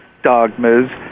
dogmas